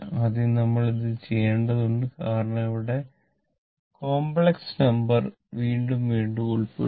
ആദ്യം നമ്മൾ ഇത് ചെയ്യേണ്ടതുണ്ട് കാരണം ഇവിടെ കോംപ്ലക്സ് നമ്പര് വീണ്ടും വീണ്ടും ഉൾപ്പെടും